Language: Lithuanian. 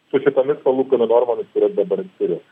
su kitomis palūkanų normomis kurias dabar turiu